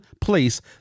place